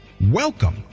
Welcome